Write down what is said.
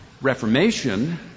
Reformation